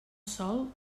sol